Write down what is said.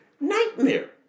nightmare